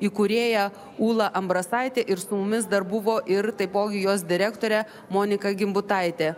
įkūrėja ūla ambrasaitė ir su mumis dar buvo ir taipogi jos direktorė monika gimbutaitė